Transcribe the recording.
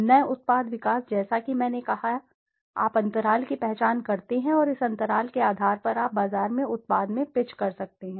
नए उत्पाद विकास जैसा कि मैंने कहा आप अंतराल की पहचान करते हैं और इस अंतराल के आधार पर आप बाजार में उत्पाद में पिच कर सकते हैं